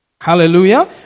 Hallelujah